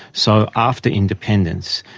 so after independence,